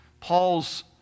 Paul's